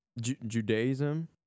judaism